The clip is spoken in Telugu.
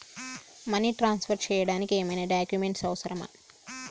మనీ ట్రాన్స్ఫర్ చేయడానికి ఏమైనా డాక్యుమెంట్స్ అవసరమా?